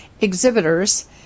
exhibitors